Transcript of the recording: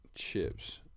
Chips